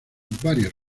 varios